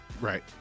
right